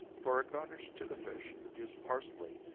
for a garnish to the fish, use parsely,